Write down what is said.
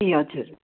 ए हजुर